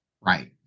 Right